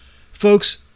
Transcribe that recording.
folks